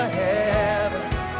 heavens